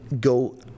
go